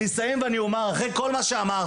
אני אסיים ואומר: אחרי כל מה שאמרתי,